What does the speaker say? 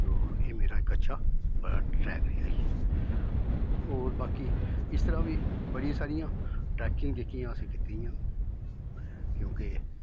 तो एह् मेरा इक अच्छा ट्रैक रेहा होर बाकी इस तरह् बी बड़ियां सारियां ट्रैकिंग जेह्कियां असें कीती दियां क्योंकि